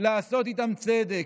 לעשות איתם צדק.